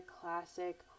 classic